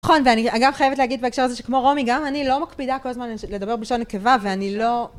נכון, ואני אגב חייבת להגיד בהקשר הזה שכמו רומי, גם אני לא מקפידה כל הזמן לדבר בלשון נקבה, ואני לא...